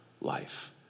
life